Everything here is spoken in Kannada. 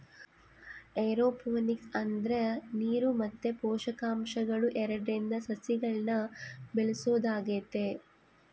ಏರೋಪೋನಿಕ್ಸ್ ಅಂದ್ರ ನೀರು ಮತ್ತೆ ಪೋಷಕಾಂಶಗಳು ಎರಡ್ರಿಂದ ಸಸಿಗಳ್ನ ಬೆಳೆಸೊದಾಗೆತೆ